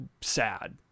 sad